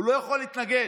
הוא לא יכול להתנגד.